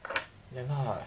ya lah